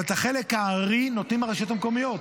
אבל את חלק הארי נותנים הרשויות המקומיות.